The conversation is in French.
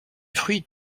fruits